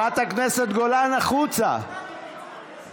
(חברת הכנסת גלית דיסטל אטבריאן יוצאת מאולם המליאה.)